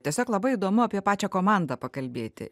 tiesiog labai įdomu apie pačią komandą pakalbėti